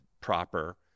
proper